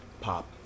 Pop